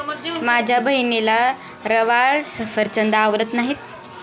माझ्या बहिणीला रवाळ सफरचंद आवडत नाहीत